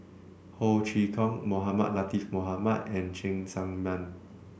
Ho Chee Kong Mohamed Latiff Mohamed and Cheng Tsang Man